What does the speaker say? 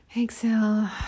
Exhale